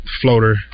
floater